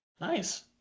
Nice